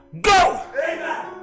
Go